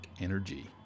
energy